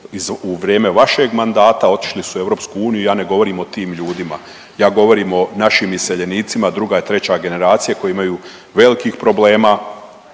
u vrijeme vašeg mandata, otišli su u EU. Ja ne govorim o tim ljudima. Ja govorim o našim iseljenicima druga i treća generacija koji imaju velikih problema